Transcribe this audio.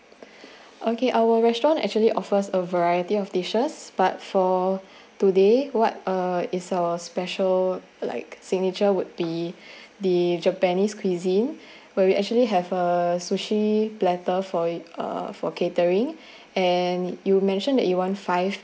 okay our restaurant actually offers a variety of dishes but for today what uh is our special like signature would be the japanese cuisine where we actually have uh sushi platter for it uh for catering and you mentioned that you want five